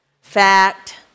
Fact